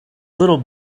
little